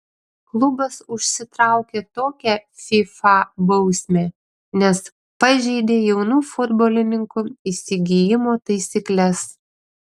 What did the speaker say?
klubas užsitraukė tokią fifa bausmę nes pažeidė jaunų futbolininkų įsigijimo taisykles